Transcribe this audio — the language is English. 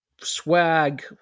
swag